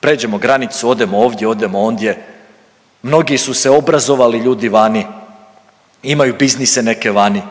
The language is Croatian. pređemo granicu, odemo ovdje, odemo ondje, mnogi su se obrazovali ljudi vani, imaju biznise neke vani